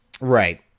Right